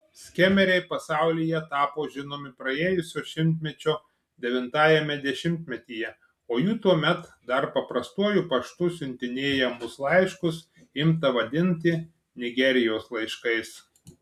skemeriai pasaulyje tapo žinomi praėjusio šimtmečio devintajame dešimtmetyje o jų tuomet dar paprastuoju paštu siuntinėjamus laiškus imta vadinti nigerijos laiškais